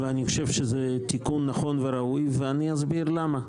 אני חושב שזה תיקון נכון וראוי, ואני אסביר למה.